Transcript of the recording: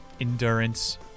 Endurance